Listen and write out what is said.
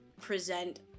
present